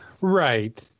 right